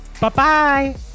Bye-bye